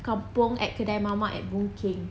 kampung at kedai mamak at boon keng